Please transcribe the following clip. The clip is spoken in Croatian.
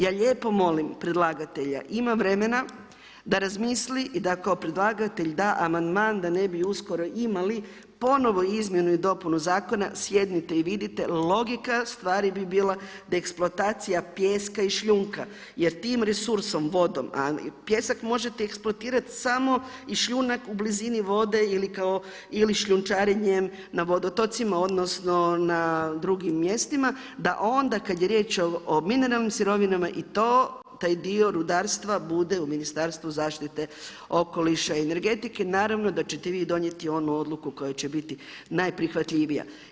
Ja lijepo molim predlagatelja, ima vremena da razmisli i da kao predlagatelj da amandman da ne bi uskoro imali ponovo izmjenu i dopunu zakona, sjednite i vidite, logika stvari bi bila da eksploatacija pijeska i šljunka jer tim resursom, vodom a pijesak možete eksploatirati samo i šljunak u blizini vode ili šljunčarenjem na vodotocima odnosno na drugim mjestima da onda kada je riječ o mineralnim sirovinama i to taj dio rudarstva bude u Ministarstvu zaštite okoliša i energetike, naravno da ćete vi donijeti onu odluku koja će biti najprihvatljivija.